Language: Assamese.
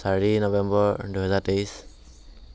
চাৰি নৱেম্বৰ দুহেজাৰ তেইছ